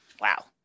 Wow